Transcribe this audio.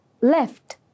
Left